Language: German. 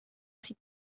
sieht